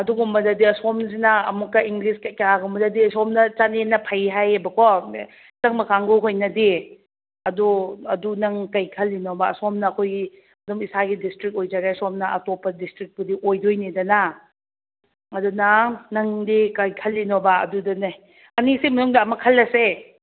ꯑꯗꯨꯒꯨꯝꯕꯗꯗꯤ ꯑꯁꯣꯝꯁꯤꯅ ꯑꯃꯨꯛꯀ ꯏꯪꯂꯤꯁ ꯀꯩꯀꯥꯒꯨꯝꯕꯗꯗꯤ ꯑꯁꯣꯝꯗ ꯆꯥꯟꯗꯦꯜꯅ ꯐꯩ ꯍꯥꯏꯌꯦꯕꯀꯣ ꯆꯪꯕ ꯀꯥꯡꯕꯨ ꯈꯣꯏꯅꯗꯤ ꯑꯗꯨ ꯑꯗꯨ ꯅꯪ ꯀꯔꯤ ꯈꯜꯂꯤꯅꯣꯕ ꯑꯁꯣꯝꯅ ꯑꯩꯈꯣꯏꯒꯤ ꯑꯗꯨꯝ ꯏꯁꯥꯒꯤ ꯗꯤꯁꯇ꯭ꯔꯤꯛ ꯑꯣꯏꯖꯔꯦ ꯁꯣꯝꯅ ꯑꯇꯣꯞꯄ ꯗꯤꯁꯇ꯭ꯔꯤꯛꯄꯨꯗꯤ ꯑꯣꯏꯗꯣꯏꯅꯤꯗꯅ ꯑꯗꯨꯅ ꯅꯪꯗꯤ ꯀꯔꯤ ꯈꯜꯂꯤꯅꯣꯕ ꯑꯗꯨꯗꯅꯦ ꯑꯅꯤꯁꯤꯒꯤ ꯃꯅꯨꯡꯗ ꯑꯃ ꯈꯜꯂꯁꯦ